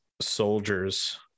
soldiers